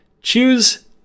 choose